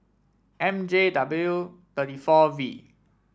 M J W thirty four V